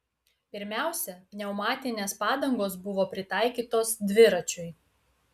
pirmiausia pneumatinės padangos buvo pritaikytos dviračiui